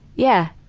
yeah.